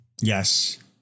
Yes